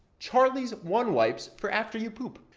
charlie's one-wipes for after you poop.